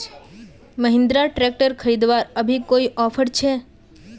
Mahindra tractor खरीदवार अभी कोई ऑफर छे?